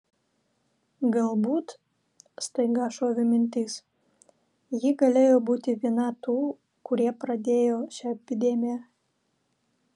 galbūt staiga šovė mintis ji galėjo būti viena tų kurie pradėjo šią epidemiją